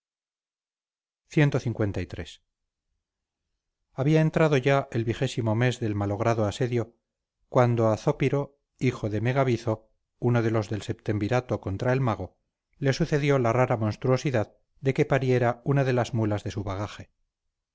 cliii había entrado ya el vigésimo mes del malogrado asedio cuando a zópiro hijo de megabizo uno de los del septemvirato contra el mago le sucedió la rara monstruosidad de que pariera una de las mulas de su bagaje